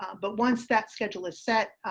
um but once that schedule is set,